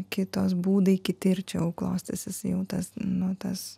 kitos būdai kiti ir čia jau klostysis jau tas nu tas